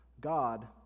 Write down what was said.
God